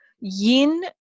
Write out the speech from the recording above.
Yin